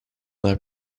their